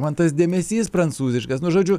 man tas dėmesys prancūziškas nu žodžiu